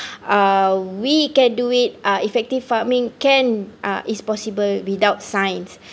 uh we can do it uh effective farming can uh is possible without science